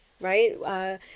right